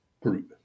group